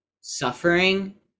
suffering